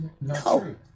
no